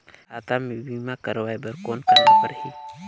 खाता से बीमा करवाय बर कौन करना परही?